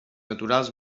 naturals